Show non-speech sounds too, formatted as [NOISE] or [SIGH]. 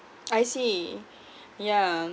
I see [BREATH] yeah